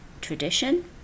tradition